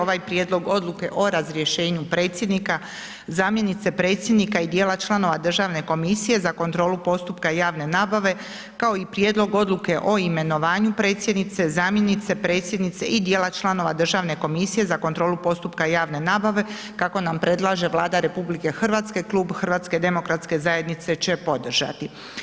Ovaj Prijedlog odluke o razrješenju predsjednika, zamjenice predsjednika i djela članova Državne komisije za kontrolu postupka javne nabave kao i Prijedlog odluke o imenovanju predsjednice, zamjenice predsjednice i djela članova Državne komisije za kontrolu postupka javne nabave kako nam predlaže Vlada RH, klub HDZ-a će podržati.